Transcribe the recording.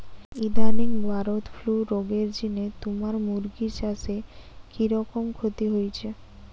ইদানিং bird flu রগের জিনে তুমার মুরগি চাষে কিরকম ক্ষতি হইচে?